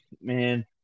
Man